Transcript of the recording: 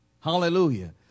Hallelujah